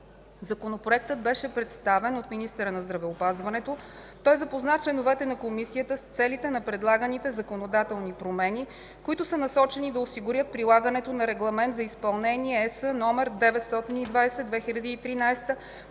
Законопроектът беше представен от министъра на здравеопазването. Той запозна членовете на Комисията с целите на предлаганите законодателни промени, които са насочени да осигурят прилагането на Регламент за изпълнение (ЕС) № 920/2013